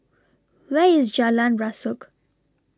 Where IS Jalan Rasok